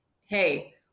hey